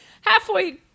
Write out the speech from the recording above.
halfway